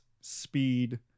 speed